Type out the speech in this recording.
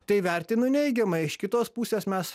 tai vertinu neigiamai iš kitos pusės mes